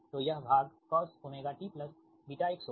तो यह भाग cos ωtβx होगा